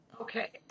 Okay